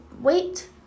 wait